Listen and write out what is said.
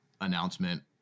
announcement